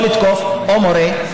או לתקוף מורה,